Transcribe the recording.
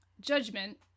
Judgment